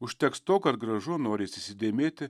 užteks to kad gražu norisi įsidėmėti